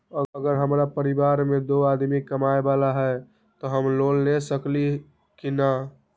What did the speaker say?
अगर हमरा परिवार में दो आदमी कमाये वाला है त हम लोन ले सकेली की न?